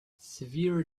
sever